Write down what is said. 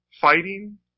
fighting